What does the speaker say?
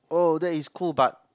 oh that is cool but